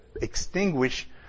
extinguish